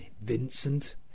Vincent